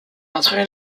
entre